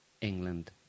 England